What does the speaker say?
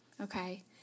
Okay